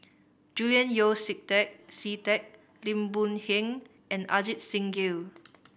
Julian Yeo See Teck See Teck Lim Boon Heng and Ajit Singh Gill